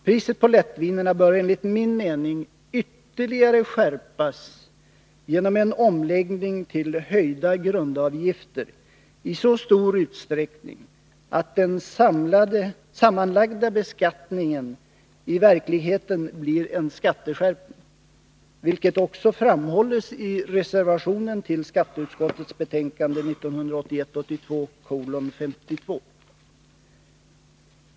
Priset på lättvinerna bör enligt min mening ytterligare skärpas genom en omläggning till höjda grundavgifter i så stor utsträckning att den sammanlagda beskattningen i verkligheten blir en skatteskärpning, vilket också framhålls i reservationen till skatteutskottets betänkande 1981/82:52.